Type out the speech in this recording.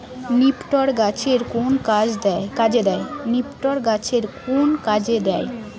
নিপটর গাছের কোন কাজে দেয়?